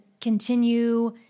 continue